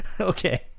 Okay